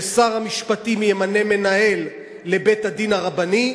שר המשפטים ימנה לבית-הדין הרבני,